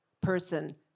person